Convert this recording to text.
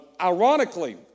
Ironically